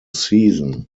season